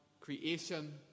creation